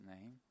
name